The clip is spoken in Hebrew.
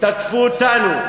תקפו אותנו.